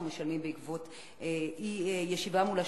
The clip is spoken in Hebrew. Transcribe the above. משלמים בעקבות אי-ישיבה מול השובתים,